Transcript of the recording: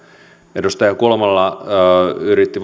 edustaja kulmala ylitti